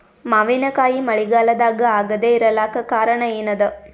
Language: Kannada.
ಮಾವಿನಕಾಯಿ ಮಳಿಗಾಲದಾಗ ಆಗದೆ ಇರಲಾಕ ಕಾರಣ ಏನದ?